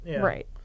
Right